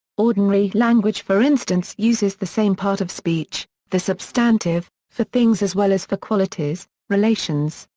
ordinary language for instance uses the same part of speech, the substantive, for things as well as for qualities, relations,